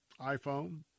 iPhone